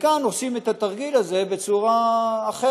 כאן עושים את התרגיל הזה בצורה אחרת,